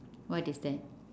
what is that